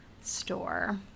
store